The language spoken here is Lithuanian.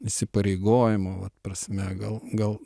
įsipareigojimo prasme vat gal gal